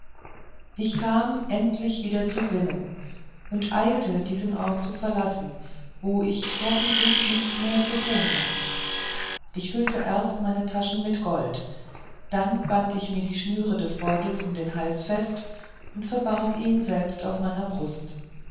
ich kam endlich wieder zu sinnen und eilte diesen ort zu verlassen wo ich hoffentlich nichts mehr zu tun hatte ich füllte erst meine taschen mit gold dann band ich mir die schnüre des beutels um den hals fest und verbarg ihn selbst auf meiner brust